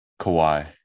Kawhi